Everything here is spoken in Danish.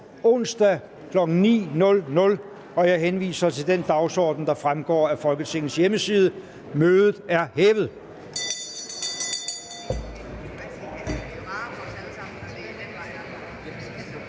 2012, kl. 9.00. Jeg henviser til den dagsorden, der fremgår af Folketingets hjemmeside. Mødet er hævet.